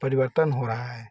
परिवर्तन हो रहा है